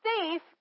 thief